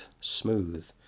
smooth